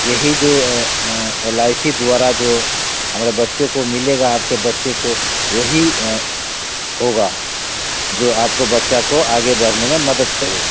यही जो L I C द्वारा जो हमारे बच्चे को मिलेगा आपके बच्चे को वही होगा जो आपको बच्चा को आगे बढ़ने में मदद करेगा